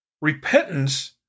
Repentance